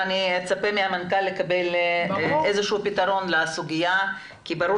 אני מצפה לקבל מהמנכ"ל איזה שהוא פתרון לסוגיה כי ברור